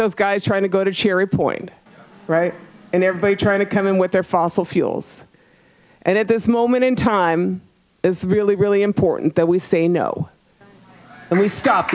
those guys trying to go to cherry point right and they're trying to come in with their fossil fuels and at this moment in time it's really really important that we say no and we stop